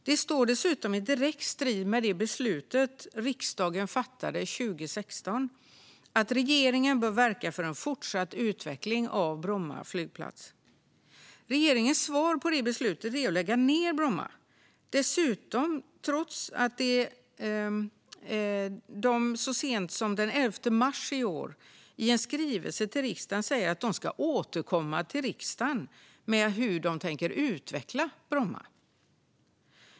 Det står dessutom i direkt strid med det beslut som riksdagen fattade 2016, att regeringen bör verka för en fortsatt utveckling av Bromma flygplats. Regeringens svar på det beslutet är att lägga ned Bromma, trots att de så sent som den 11 mars i år i en skrivelse till riksdagen säger att de ska återkomma till riksdagen med hur de tänker utveckla Bromma.